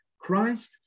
Christ